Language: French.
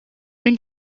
une